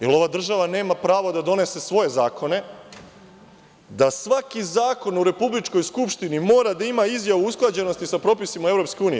Jel ova država nema pravo da donese svoje zakone, da svaki zakon u republičkoj Skupštini mora da ima izjavu usklađenosti sa propisima EU.